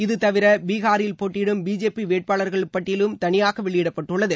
இதுதவிர பீஹாரில் போட்டியிடும் பிஜேபி வேட்பாளர்கள் பட்டியலும் தனிபாக வெளியிடப்பட்டுள்ளது